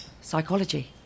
Psychology